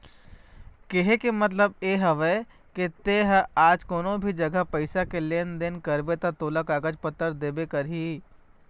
केहे के मतलब ये हवय के ते हा आज कोनो भी जघा पइसा के लेन देन करबे ता तोला कागज पतर देबे करही